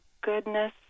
goodness